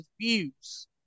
views